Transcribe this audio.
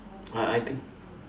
I I think